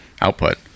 output